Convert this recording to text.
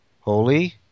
Holy